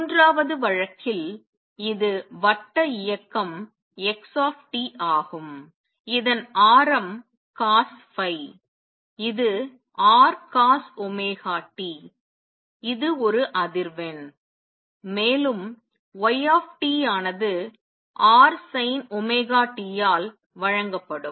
மூன்றாவது வழக்கில் இது வட்ட இயக்கம் x ஆகும் இதன் ஆரம் cosϕ இது Rcosωt இது ஒரு அதிர்வெண் மேலும் y ஆனது Rsinωt ஆல் வழங்கப்படும்